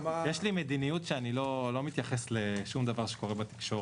יש לי מדיניות שאני לא מתייחס לשום דבר שקורה בתקשורת.